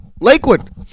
Lakewood